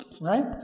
right